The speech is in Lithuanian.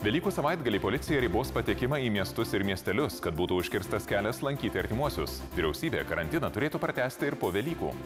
velykų savaitgalį policija ribos patekimą į miestus ir miestelius kad būtų užkirstas kelias lankyti artimuosius vyriausybė karantiną turėtų pratęsti ir po velykų